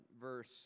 verse